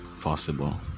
possible